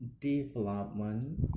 Development